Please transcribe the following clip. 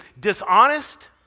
dishonest